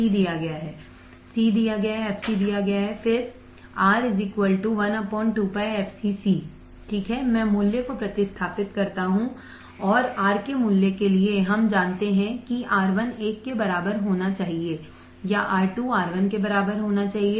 C दिया गया है f c दिया गया है फिर R 1 2 π fcC मैं मूल्य को प्रतिस्थापित करता हूं और R के मूल्य के लिए हम जानते हैं कि R1 1 के बराबर होना चाहिए या R2 R1 के बराबर होना चाहिए